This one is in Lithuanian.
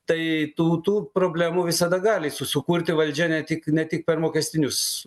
tai tų tų problemų visada gali su sukurti valdžia ne tik ne tik per mokestinius